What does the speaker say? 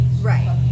right